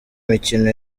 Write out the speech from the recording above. mikino